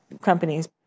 companies